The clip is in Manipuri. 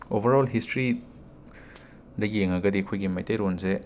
ꯑꯣꯕꯔ ꯑꯣꯜ ꯍꯤꯁꯇ꯭ꯔꯤꯗ ꯌꯦꯡꯉꯒꯗꯤ ꯑꯈꯣꯏꯒꯤ ꯃꯩꯇꯩꯔꯣꯟꯁꯦ